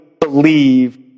believe